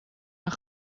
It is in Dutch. een